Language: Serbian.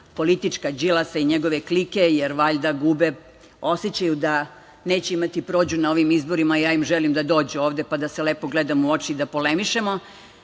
politička Đilasa i njegove klike, jer valjda gube, osećaju da neće imati prođu na ovim izborima. Ja im želim da dođu ovde pa da se lepo gledamo u oči i da polemišemo.